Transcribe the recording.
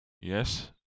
yes